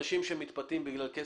אנשים שמתפתים בגלל כסף,